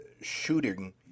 shooting